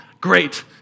Great